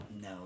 No